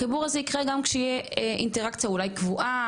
החיבור הזה יקרה גם כשתהיה אינטראקציה אולי קבועה.